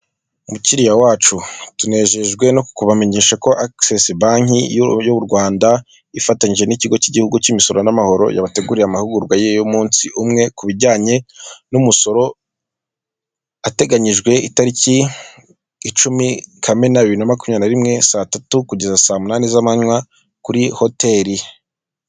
Mukiriya wacu tunejejwe no kubamenyesha ko access Banki y'u Rwanda ifatanyije n'ikigo k'igihugu k'imisoro n'amahoro yabateguriye amahugurwa y'umunsi umwe ku bijyanye n'umusoro ateganyijwe itariki icumi, kamena, bibiri na makumyabiri na rimwe, saa tatu kugeza saa munani z'amanywa kuri hoteli.